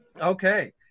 Okay